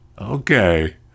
Okay